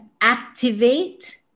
activate